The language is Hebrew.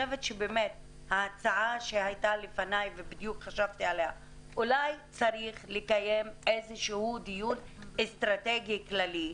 ההצעה שעלתה לפניי - אולי צריך לקיים דיון אסטרטגי כללי,